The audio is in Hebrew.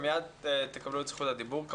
ומיד תקבלו זכות דיבור.